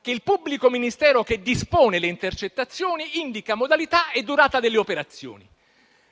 che il pubblico ministero che dispone le intercettazioni indichi modalità e durata delle operazioni.